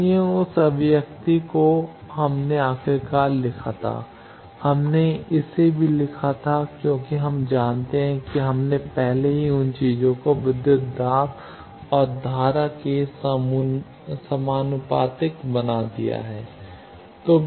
इसलिए उस अभिव्यक्ति को हमने आखिरकार लिखा था हमने इसे भी लिखा था क्योंकि हम जानते हैं कि हमने पहले ही उन चीजों को विद्युत दाब और धारा के समानुपातिक बना दिया है